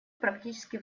практически